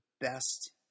best